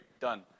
Done